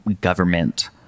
government